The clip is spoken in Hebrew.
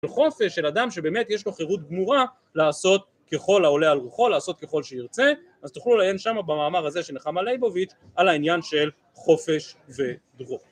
וחופש של אדם שבאמת יש לו חירות גמורה לעשות ככל העולה על רוחו, לעשות ככל שירצה, אז תוכלו לעיין שם במאמר הזה של נחמה ליבוביץ על העניין של חופש ודרור